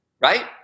right